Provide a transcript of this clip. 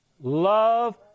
love